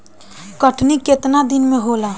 कटनी केतना दिन में होला?